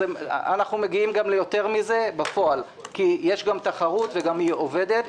מגיעים גם ליותר מזה בפועל כי יש גם תחרות שעובדת.